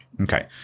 Okay